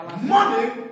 Money